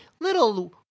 Little